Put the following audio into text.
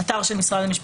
לאתר של משרד המשפטים.